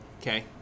Okay